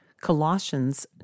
Colossians